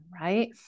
right